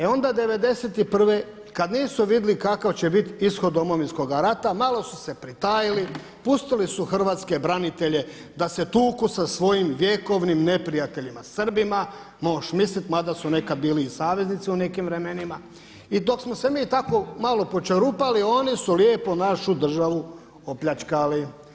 E onda '91. kada nisu vidjeli kakav će biti ishod Domovinskoga rata malo su se pritajili, pustili su hrvatske branitelje da se tuku sa svojim vjekovnim neprijateljima Srbima, moš mislit, mada su nekad bili i saveznici u nekim vremenima, i dok smo se mi tako malo počerupali, oni su lijepo našu državu opljačkali.